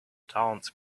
towns